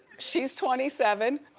she's twenty seven.